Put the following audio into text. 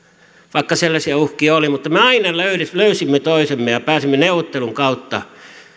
vaikka sellaisia uhkia oli mutta me aina löysimme toisemme ja pääsimme neuvottelun kautta